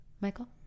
Michael